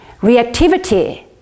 Reactivity